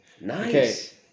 Nice